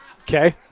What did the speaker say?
Okay